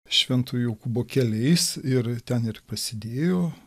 švento jokūbo keliais ir ten ir prasidėjo